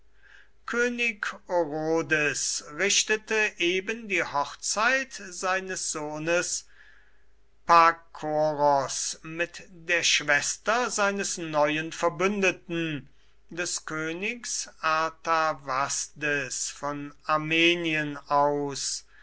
könig orodes richtete eben die hochzeit seines sohnes pakoros mit der schwester seines neuen verbündeten des königs artavasdes von armenien aus